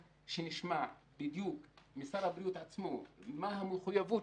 שנשמע משר הבריאות החדש עצמו מה המחויבות